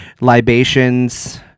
libations